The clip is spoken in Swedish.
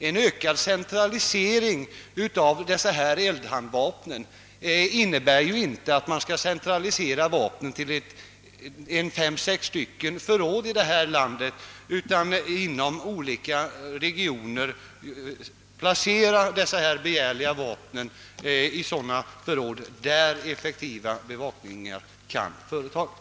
En ökad centralisering av förvaringen av eldhandvapen innebär inte att man centraliserar dem till fem, sex förråd i landet, utan att man inom olika regioner placerar dessa begärliga vapen i sådana förråd där effektiv bevakning kan anordnas.